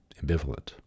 ambivalent